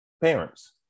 Parents